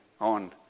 on